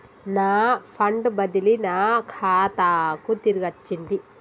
నా ఫండ్ బదిలీ నా ఖాతాకు తిరిగచ్చింది